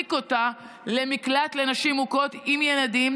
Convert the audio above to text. להרחיק אותה למקלט לנשים מוכות, עם ילדים,